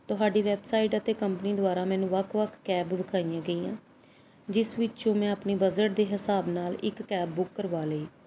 ਤੁਹਾਡੀ ਵੈੱਬਸਾਈਟ ਅਤੇ ਕੰਪਨੀ ਦੁਆਰਾ ਮੈਨੂੰ ਵੱਖ ਵੱਖ ਕੈਬ ਵਿਖਾਈਆਂ ਗਈਆਂ ਜਿਸ ਵਿੱਚੋਂ ਮੈਂ ਆਪਣੀ ਬਜਟ ਦੇ ਹਿਸਾਬ ਨਾਲ ਇੱਕ ਕੈਬ ਬੁੱਕ ਕਰਵਾ ਲਈ